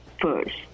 first